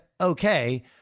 okay